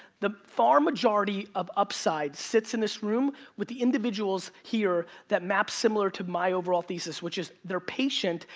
the far majority of upside sits in this room with the individuals here that map similar to my overall thesis, which is they're patient,